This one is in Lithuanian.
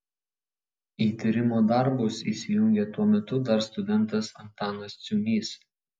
į tyrimo darbus įsijungė tuo metu dar studentas antanas ciūnys